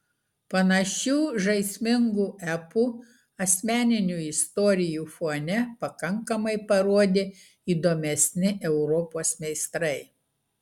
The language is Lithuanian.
panašių žaismingų epų asmeninių istorijų fone pakankamai parodė įdomesni europos meistrai